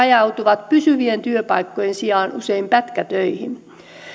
ajautuvat pysyvien työpaikkojen sijaan usein pätkätöihin